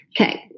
Okay